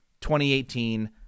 2018